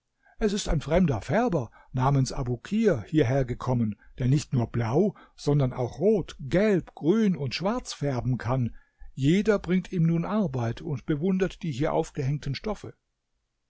es ist ein fremder färber namens abukir hierher gekommen der nicht nur blau sondern auch rot gelb grün und schwarz färben kann jeder bringt ihm nun arbeit und bewundert die hier aufgehängten stoffe